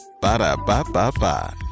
Ba-da-ba-ba-ba